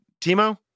Timo